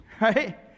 right